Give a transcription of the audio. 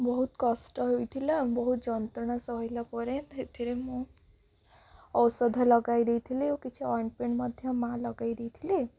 ବହୁତ କଷ୍ଟ ହୋଇଥିଲା ବହୁତ ଯନ୍ତ୍ରଣା ସହିଲା ପରେ ସେଥିରେ ମୁଁ ଔଷଧ ଲଗାଇ ଦେଇଥିଲି ଓ କିଛି ଅଏଣ୍ଟମେଣ୍ଟ ମଧ୍ୟ ମାଆ ଲଗେଇ ଦେଇଥିଲେ